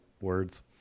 Words